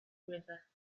river